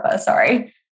sorry